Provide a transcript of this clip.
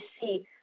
see